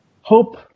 Hope